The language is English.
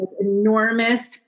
enormous